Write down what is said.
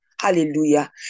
Hallelujah